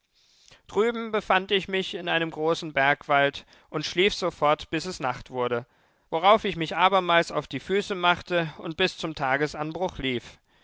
drüben befand ich mich in einem großen bergwald und schlief sofort bis es nacht wurde worauf ich mich abermals auf die füße machte und bis zum tagesanbruch lief